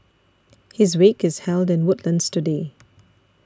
his wake is held in Woodlands today